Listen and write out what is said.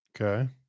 Okay